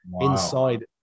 inside